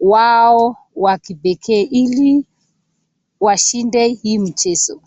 wao wa kipekee ili washinde hii mchezo.